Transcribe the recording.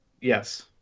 Yes